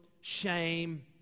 shame